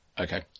Okay